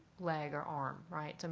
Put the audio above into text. leg or arm, right? and